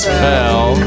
fell